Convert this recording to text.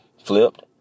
flipped